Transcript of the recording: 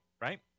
right